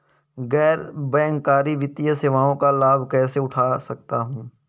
गैर बैंककारी वित्तीय सेवाओं का लाभ कैसे उठा सकता हूँ?